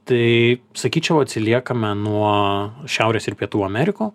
tai sakyčiau atsiliekame nuo šiaurės ir pietų amerikų